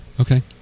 Okay